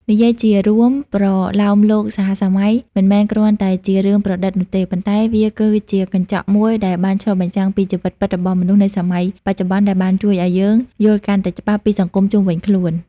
និយាយជារួម ប្រលោមលោកសហសម័យមិនមែនគ្រាន់តែជារឿងប្រឌិតនោះទេ ប៉ុន្តែវាគឺជាកញ្ចក់មួយដែលបានឆ្លុះបញ្ចាំងពីជីវិតពិតរបស់មនុស្សនៅសម័យបច្ចុប្បន្ន ដែលបានជួយឲ្យយើងយល់កាន់តែច្បាស់ពីសង្គមជុំវិញខ្លួន។